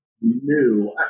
new